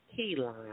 Keyline